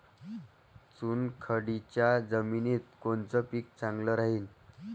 चुनखडीच्या जमिनीत कोनचं पीक चांगलं राहीन?